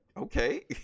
okay